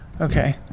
okay